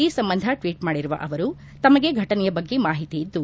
ಈ ಸಂಬಂಧ ಟ್ಟೀಟ್ ಮಾಡಿರುವ ಅವರು ತಮಗೆ ಘಟನೆಯ ಬಗ್ಗೆ ಮಾಹಿತಿ ಇದ್ದು